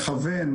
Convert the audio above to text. מכוון,